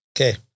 Okay